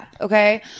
okay